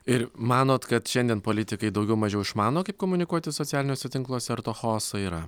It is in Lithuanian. ir manot kad šiandien politikai daugiau mažiau išmano kaip komunikuoti socialiniuose tinkluose ar to chaoso yra